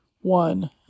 one